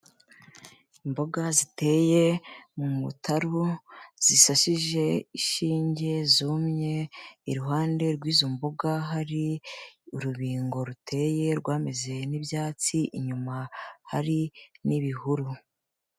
Imboga ziteye mu mutaru zisasije inshinge zumye, iruhande rw'izo mboga hari urubingo ruteye ruteye rwameze n'ibyatsi, inyuma hari n'ibihuru.